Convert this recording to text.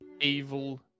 Evil